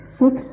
six